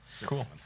Cool